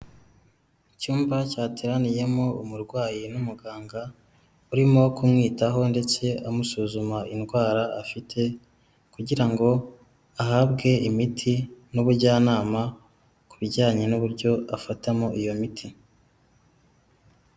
Icyumba cyateraniyemo umurwayi n'umuganga, urimo kumwitaho ndetse amusuzuma indwara afite, kugira ngo ahabwe imiti n'ubujyanama ku bijyanye n'uburyo afatamo iyo miti.